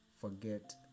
forget